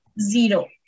zero